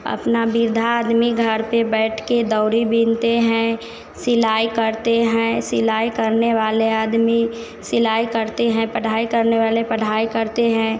अपना विधा आदमी घर पर बैठकर डोरी बीनते हैं सिलाई करते हैं सिलाई करने वाले आदमी सिलाई करने वाले सिलाई करते हैं पढ़ाई करने वाले पढ़ाई करते हैं